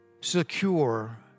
Secure